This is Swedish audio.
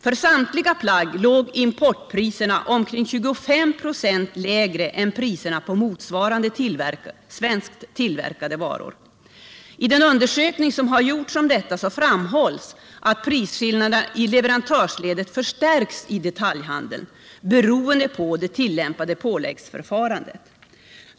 För samtliga plagg låg importpriserna omkring 25 96 lägre än priserna på motsvarande svensktillverkade varor. I den undersökning som gjorts om detta framhålls att prisskillnaderna i leverantörsledet förstärks i detaljhandeln, beroende på det tillämpade påläggsförfarandet.